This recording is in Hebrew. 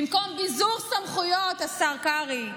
במקום ביזור סמכויות, השר קרעי,